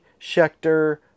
Schechter